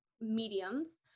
mediums